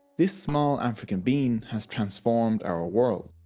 this small african bean has transformed our world.